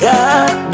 God